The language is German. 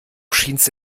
schienst